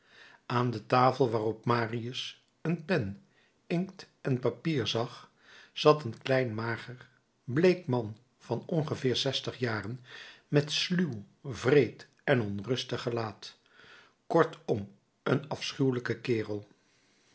aan de tafel waarop marius een pen inkt en papier zag zat een klein mager bleek man van ongeveer zestig jaren met sluw wreed en onrustig gelaat kortom een afschuwelijke kerel